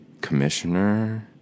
commissioner